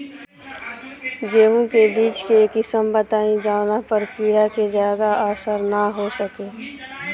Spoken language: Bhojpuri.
गेहूं के बीज के किस्म बताई जवना पर कीड़ा के ज्यादा असर न हो सके?